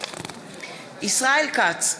ישראל כץ,